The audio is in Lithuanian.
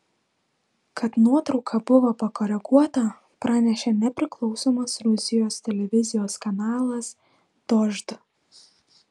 kad nuotrauka buvo pakoreguota pranešė nepriklausomas rusijos televizijos kanalas dožd